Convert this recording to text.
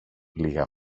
λίγα